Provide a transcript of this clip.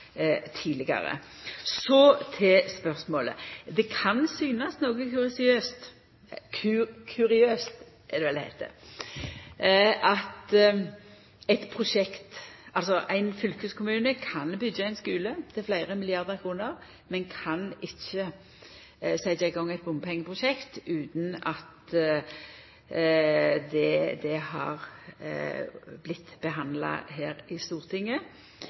tidlegare. Så til spørsmålet: Det kan synest noko kuriøst at ein fylkeskommune kan byggja skular til fleire milliardar kroner, men ikkje kan setja i gang eit bompengeprosjekt utan at det har vore behandla her i Stortinget.